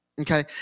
Okay